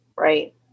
Right